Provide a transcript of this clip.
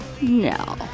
No